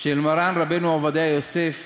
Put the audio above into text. של מרן רבנו עובדיה יוסף,